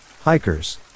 Hikers